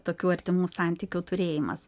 tokių artimų santykių turėjimas